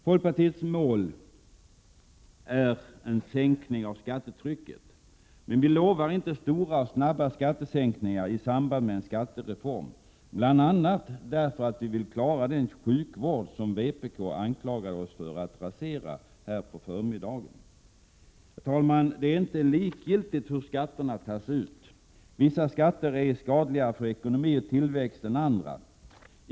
Folkpartiets mål är en sänkning av skattetrycket. Men vi lovar inte stora och snabba skattesänkningar i samband med en skattereform, bl.a. därför att vi vill klara den sjukvård som vpk här i förmiddags anklagade oss för att rasera. Herr talman! Det är inte likgiltigt hur skatterna tas ut. Vissa skatter är skadligare för ekonomi och tillväxt än andra.